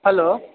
hello